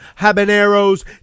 habaneros